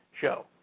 show